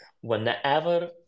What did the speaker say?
whenever